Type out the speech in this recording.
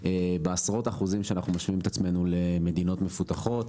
בעשרות אחוזים שאנחנו משווים את עצמנו למדינות מפותחות,